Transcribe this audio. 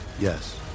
Yes